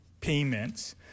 payments